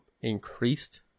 increased